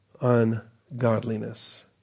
ungodliness